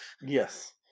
Yes